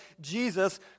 Jesus